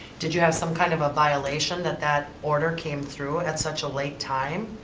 did you have some kind of violation that that order came through at such a late time?